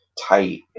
tight